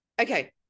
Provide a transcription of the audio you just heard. Okay